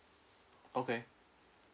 okay